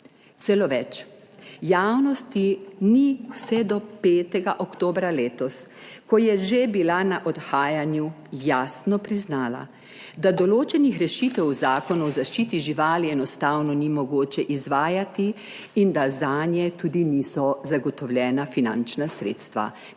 Celo več, javnosti ni vse do 5. oktobra letos, ko je že bila na odhajanju, jasno priznala, da določenih rešitev v zakonu o zaščiti živali enostavno ni mogoče izvajati in da zanje tudi niso zagotovljena finančna sredstva,